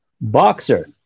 Boxer